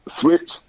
switch